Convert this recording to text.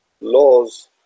laws